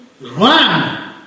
run